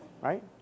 right